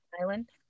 Island